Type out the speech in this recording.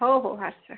हो हो हाच आहे